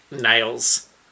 nails